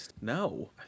No